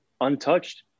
untouched